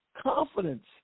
confidence